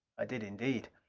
i did indeed.